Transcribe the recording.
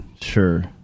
Sure